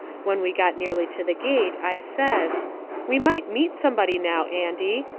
when we got nearly to the gate, i says we might meet somebody now, andy.